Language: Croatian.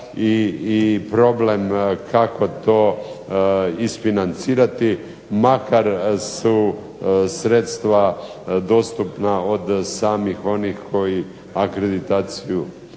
i problem kako to isfinancirati, makar su sredstva dostupna od samih onih koji akreditaciju